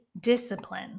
discipline